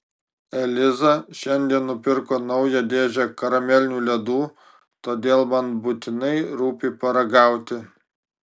eliza šiandien nupirko naują dėžę karamelinių ledų todėl man būtinai rūpi paragauti